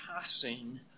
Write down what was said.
passing